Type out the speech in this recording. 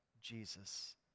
Jesus